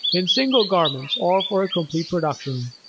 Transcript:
in single garments or for a complete production.